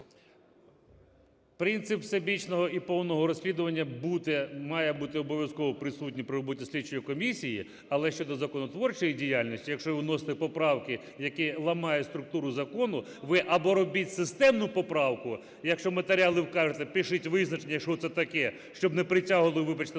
…принцип всебічного і повного розслідування буде, має бути обов'язково присутній при роботі слідчої комісії, але щодо законотворчої діяльності, якщо ви вносите поправки, які ламають структуру закону, ви або робіть системну поправку, якщо "матеріали" вкажете, пишіть визначення, що це таке, щоб не притягували, вибачте,